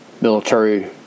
military